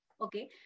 okay